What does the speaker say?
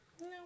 No